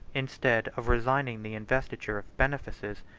instead of resigning the investiture of benefices,